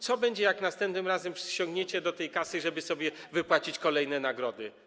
Co będzie, jak następnym razem sięgniecie do tej kasy, żeby sobie wypłacić kolejne nagrody?